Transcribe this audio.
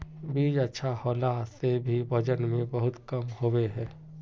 बीज अच्छा होला से भी वजन में बहुत कम होबे है?